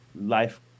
life